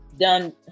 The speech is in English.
done